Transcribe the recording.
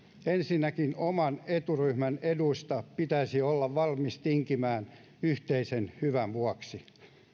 ensinnäkin oman eturyhmän eduista pitäisi olla valmis tinkimään yhteisen hyvän vuoksi